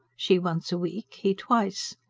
she once a week, he twice.